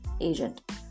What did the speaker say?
agent